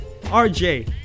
RJ